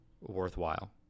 worthwhile